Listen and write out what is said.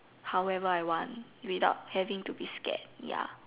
however I want without having to be scared